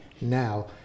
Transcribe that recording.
now